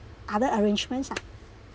other arrangements ah